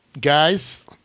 guys